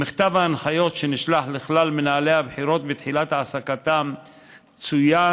במכתב ההנחיות שנשלח לכלל מנהלי הבחירות בתחילת העסקתם צוין